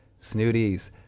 Snooties